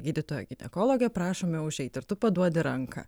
gydytoja ginekologė prašome užeiti ir tu paduodi ranką